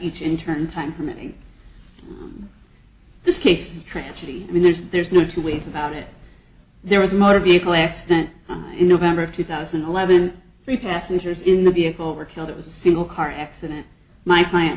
each in turn time meeting this case tragedy i mean there's there's no two ways about it there was a motor vehicle accident in november of two thousand and eleven three passengers in the vehicle were killed it was a single car accident my client